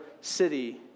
city